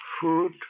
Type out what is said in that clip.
food